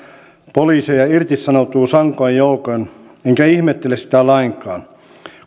poliiseja irtisanoutuu sankoin joukoin enkä ihmettele sitä lainkaan